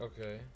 Okay